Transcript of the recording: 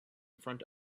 front